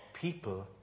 people